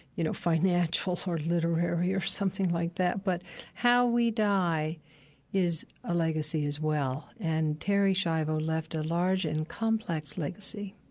you know, financial or sort of literary or something like that, but how we die is a legacy as well, and terri schiavo left a large and complex legacy.